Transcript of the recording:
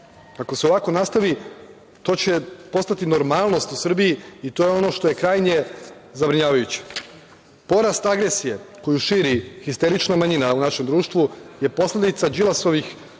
Ako se ovako nastavi to će postati normalnost u Srbiji i to je ono što je krajnje zabrinjavajuće. Porast agresije koju širi histerična manjina u našem društvu je posledica Đilasovih,